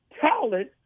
talent